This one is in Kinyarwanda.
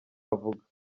avuga